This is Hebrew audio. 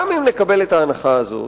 גם אם נקבל את ההנחה הזאת,